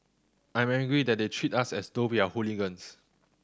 I'm angry that they treat us as though we are hooligans